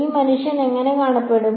ഈ മനുഷ്യൻ എങ്ങനെ കാണപ്പെടും